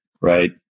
right